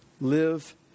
Live